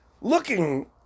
looking